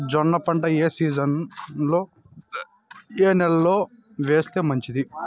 జొన్న పంట ఏ సీజన్లో, ఏ నెల లో వేస్తే మంచిది?